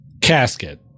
Casket